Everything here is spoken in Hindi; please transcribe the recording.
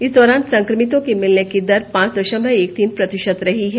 इस दौरान संक्रमितों के मिलने की दर पांच दशमलव एक तीन प्रतिशत रही है